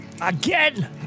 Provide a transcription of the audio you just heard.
Again